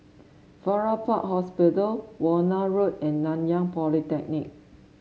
Farrer Park Hospital Warna Road and Nanyang Polytechnic